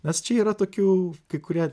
nes čia yra tokių kai kurie